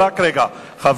רק רגע, חברת הכנסת חוטובלי.